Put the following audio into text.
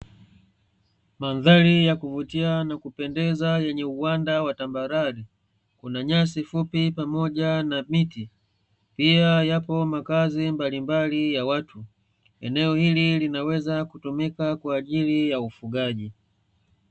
Mandhari yakuvutia na kupendeza yenye uwanda wa tambarare, kuna nyasi fupi pamoja na miti. Pia yapo makazi mbalimbali ya watu, eneo hili linaweza kutumika kwa ajili ya ufugaji.